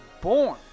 born